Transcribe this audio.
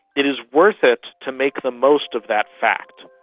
it is worth it to make the most of that fact,